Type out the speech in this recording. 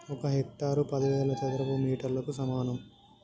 ఒక హెక్టారు పదివేల చదరపు మీటర్లకు సమానం